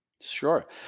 Sure